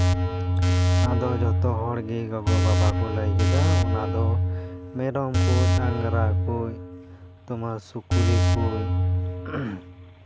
ᱟᱫᱚ ᱡᱚᱛᱚ ᱦᱚᱲ ᱜᱮ ᱜᱚᱜᱚ ᱵᱟᱵᱟ ᱠᱚ ᱞᱟᱹᱭ ᱠᱮᱫᱟ ᱢᱮᱨᱚᱢ ᱠᱚ ᱰᱟᱝᱨᱟ ᱠᱚ ᱛᱳᱢᱟᱨ ᱥᱩᱠᱨᱤ ᱠᱩᱡ ᱥᱤᱢ ᱠᱩᱡ